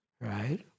Right